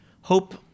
hope